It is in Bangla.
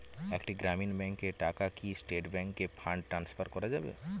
একটি গ্রামীণ ব্যাংকের টাকা কি স্টেট ব্যাংকে ফান্ড ট্রান্সফার করা যাবে?